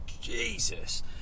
Jesus